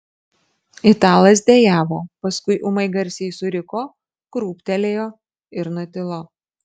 italas dejavo paskui ūmai garsiai suriko krūptelėjo ir nutilo